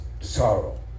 sorrow